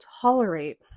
tolerate